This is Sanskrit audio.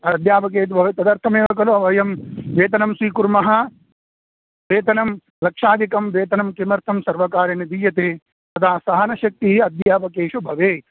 अध्यापकेषु भवेत् तदर्थमेव खलु वयं वेतनं स्वीकुर्मः वेतनं लक्षाधिकं वेतनं किमर्थं सर्वकारेण दीयते अतः सहनशक्तिः अध्यापकेषु भवेत्